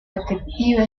detective